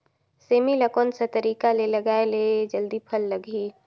सेमी ला कोन सा तरीका से लगाय ले जल्दी फल लगही?